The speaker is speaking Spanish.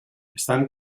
están